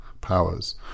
powers